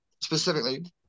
specifically